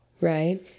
right